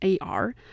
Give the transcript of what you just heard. AR